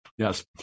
Yes